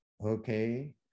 Okay